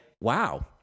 wow